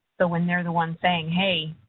so, when they're the ones saying, hey,